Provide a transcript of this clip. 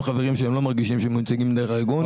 חברים שלא מרגישים שהם מיוצגים דרך הארגון.